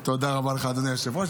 תודה רבה לך, אדוני היושב-ראש.